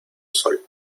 sol